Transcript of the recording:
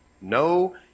No